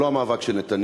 זה לא המאבק של נתניהו,